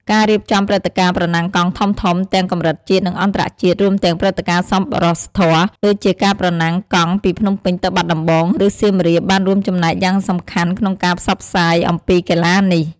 ការរៀបចំព្រឹត្តិការណ៍ប្រណាំងកង់ធំៗ ទាំងកម្រិតជាតិ និងអន្តរជាតិ រួមទាំងព្រឹត្តិការណ៍សប្បុរសធម៌ ដូចជាការប្រណាំងកង់ពីភ្នំពេញទៅបាត់ដំបង ឬសៀមរាប បានរួមចំណែកយ៉ាងសំខាន់ក្នុងការផ្សព្វផ្សាយអំពីកីឡានេះ។